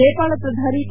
ನೇಪಾಳದ ಪ್ರಧಾನಿ ಕೆ